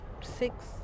six